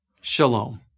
Shalom